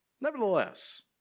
Nevertheless